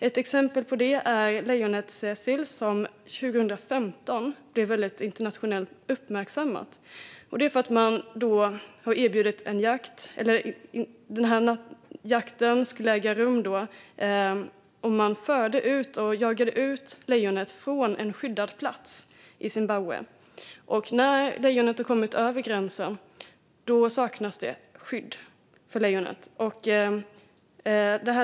Ett exempel på det är fallet med lejonet Cecil år 2015, vilket blev väldigt uppmärksammat internationellt. Där erbjöd man en jakt där lejonet jagades ut från en skyddad plats i Zimbabwe, för när lejonet kommit över gränsen saknar det skydd.